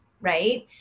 right